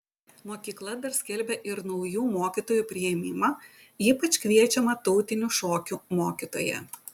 mokykla dar skelbia ir naujų mokytojų priėmimą ypač kviečiama tautinių šokių mokytoja